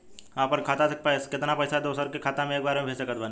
हम अपना खाता से केतना पैसा दोसरा के खाता मे एक बार मे भेज सकत बानी?